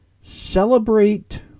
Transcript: celebrate